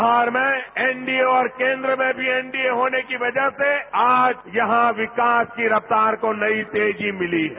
बिहार में एनडीए और केन्द्र में भी एनडीए होने की वजह से आज यहां विकास की रफ्तार को नई तेजी मिली है